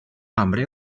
hambre